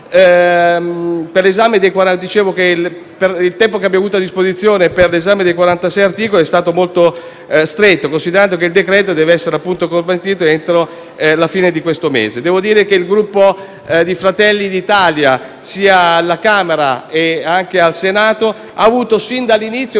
il tempo che abbiamo avuto di disposizione per l’esame dei 46 articoli è stato molto stretto, considerando che il decreto-legge deve essere convertito entro la fine di questo mese. Il Gruppo Fratelli d’Italia, sia alla Camera che al Senato, ha avuto sin dall’inizio